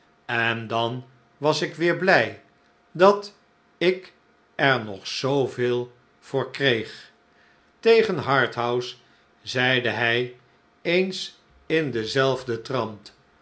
en dan was ik weer blij dat ik er nog zooveel voor kreeg tegen harthouse zeide hij eens in denzelfden trant